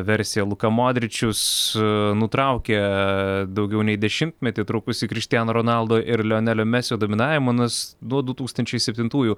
versiją luka modričius nutraukia daugiau nei dešimtmetį trukusį krištiano ronaldo ir leonelio mesio dominavimą nuo du tūkstančiai septintųjų